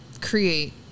create